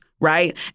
right